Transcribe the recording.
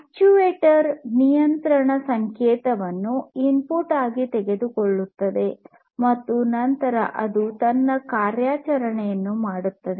actuator ನಿಯಂತ್ರಣ ಸಂಕೇತವನ್ನು input ಆಗಿ ತೆಗೆದುಕೊಳ್ಳುತ್ತದೆ ಮತ್ತು ನಂತರ ಅದು ತನ್ನ ಕಾರ್ಯಾಚರಣೆಯನ್ನು ಮಾಡುತ್ತದೆ